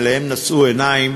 שאליה נשאו עיניים